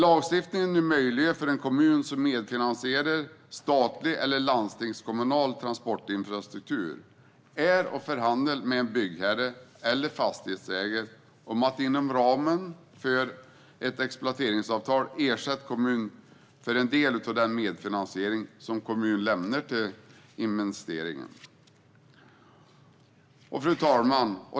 Lagstiftningen gör det möjligt för en kommun som medfinansierar statlig eller landstingskommunal transportinfrastruktur att förhandla med en byggherre eller fastighetsägare om att inom ramen för ett exploateringsavtal ersätta kommunen för en del av den medfinansiering som kommunen lämnar till investeringen. Fru talman!